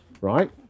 right